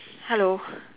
hello